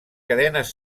cadenes